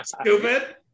Stupid